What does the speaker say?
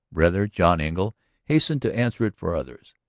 rather john engle hastened to answer it for others.